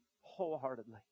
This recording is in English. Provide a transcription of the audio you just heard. wholeheartedly